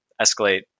escalate